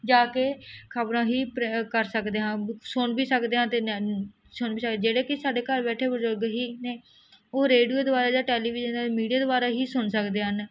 ਜਾ ਕੇ ਖਬਰਾਂ ਹੀ ਪ੍ਰ ਕਰ ਸਕਦੇ ਹਾਂ ਸੁਣ ਵੀ ਸਕਦੇ ਹਾਂ ਅਤੇ ਨਨ ਸੁਣ ਵੀ ਸਕਦੇ ਜਿਹੜੇ ਕਿ ਸਾਡੇ ਘਰ ਬੈਠੇ ਬਜ਼ੁਰਗ ਹੀ ਨੇ ਉਹ ਰੇਡਿਓ ਦੁਆਰਾ ਜਾਂ ਟੈਲੀਵਿਜ਼ਨ ਰਾਹੀਂ ਮੀਡੀਆ ਦੁਆਰਾ ਹੀ ਸੁਣ ਸਕਦੇ ਹਨ